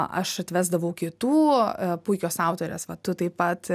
aš atvesdavau kitų puikios autorės va tu taip pat